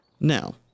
Now